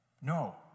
No